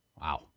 Wow